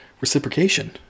reciprocation